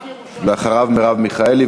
אחריו, מרב מיכאלי.